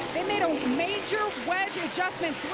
they made a major adjustment.